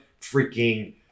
freaking